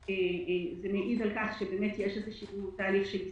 זה מעיד על כך שיש איזה תהליך של הסתגלות.